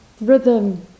rhythm